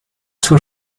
zur